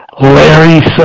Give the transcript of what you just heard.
Larry